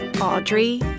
Audrey